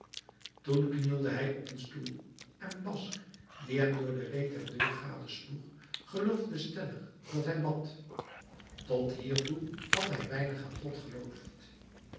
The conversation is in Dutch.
toen knielde hij op een stoel en basque die hem door de reet der deur gadesloeg geloofde stellig dat hij bad tot hiertoe had hij weinig aan god geloofd